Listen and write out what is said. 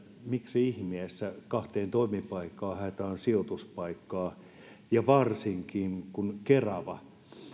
miksi ihmeessä kahteen toimipaikkaan haetaan sijoituspaikkaa varsinkin kun kerava on